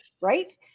right